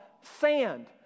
sand